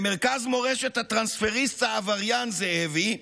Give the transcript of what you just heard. למרכז מורשת הטרנספריסט העבריין זאבי,